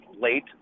late